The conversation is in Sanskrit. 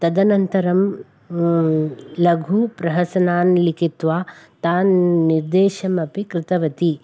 तदनन्तरं लघुप्रहसनानि लिखित्वा तान् निदेशमपि कृतवती